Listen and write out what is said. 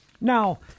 Now